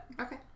Okay